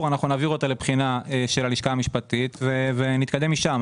אנחנו נעביר אותה לבחינה של הלשכה המשפטית ונתקדם משם.